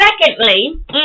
secondly